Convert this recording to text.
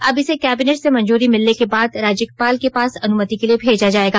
अब इसे कैबिनेट से मंजूरी मिलने के बाद राज्यपाल के पास अनुमति के लिए भेजा जायेगा